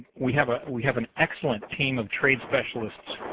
we have ah we have an excellent team of trade specialists